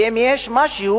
ואם יש משהו,